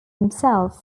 himself